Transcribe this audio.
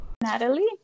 Natalie